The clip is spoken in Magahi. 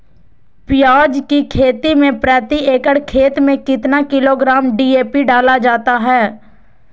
प्याज की खेती में प्रति एकड़ खेत में कितना किलोग्राम डी.ए.पी डाला जाता है?